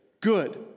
good